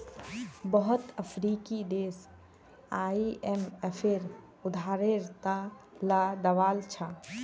बहुत अफ्रीकी देश आईएमएफेर उधारेर त ल दबाल छ